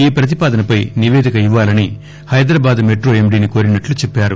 ఈ ప్రతిపాదనపై నిపేదిక ఇవ్వాలని హైదరాబాద్ మెట్రో ఎండీని కోరినట్లు చెప్పారు